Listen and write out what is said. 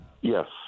Yes